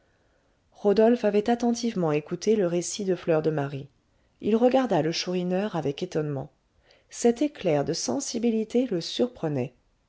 rodolphe avait attentivement écouté le récit de fleur de marie il regarda le chourineur avec étonnement cet éclair de sensibilité le surprenait